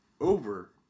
over